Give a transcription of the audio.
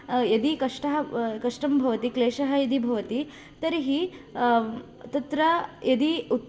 यदि कष्टः कष्टं भवति क्लेशः यदि भवति तर्हि तत्र यदि